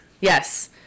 Yes